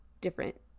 different